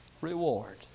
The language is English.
reward